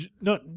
no